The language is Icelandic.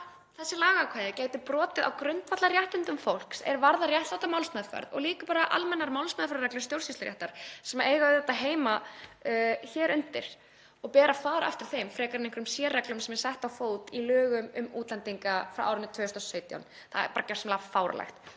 þessi lagaákvæði gætu brotið á grundvallarréttindum fólks er varða réttláta málsmeðferð. Og líka bara almennar málsmeðferðarreglur stjórnsýsluréttar sem eiga auðvitað heima hér undir og ber að fara eftir þeim frekar en einhverjum sérreglum sem eru settar í lög um útlendinga frá árinu 2017. Það er bara gjörsamlega fáránlegt.